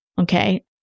Okay